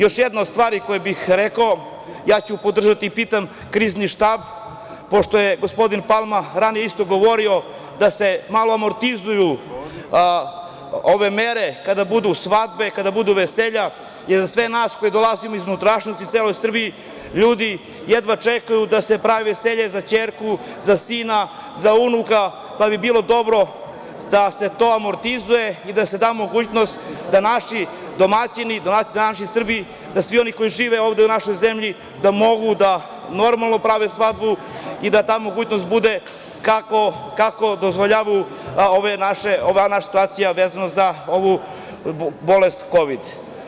Još jedna stvar koju bih rekao, ja ću podržati i pitam Krizni štab, pošto je gospodin Palma isto govorio da se malo amortizuju ove mere kada budu svadbe, kada budu veselja, jer za sve nas koji dolazimo iz unutrašnjosti, iz cele Srbiji ljudi jedva čekaju da se prave veselja za ćerku, za sina, za unuka, pa bi bilo dobro da se to amortizuje i da se da mogućnost da naši domaćini, da naši Srbi, da svi oni koji žive uz našoj zemlji da mogu da normalno da prave svadbu i da ta mogućnost bude kako dozvoljavaju ove naša situacija vezana za ovu bolest kovid.